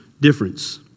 difference